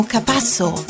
Capasso